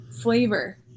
flavor